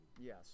yes